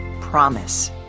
Promise